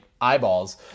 eyeballs